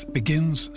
begins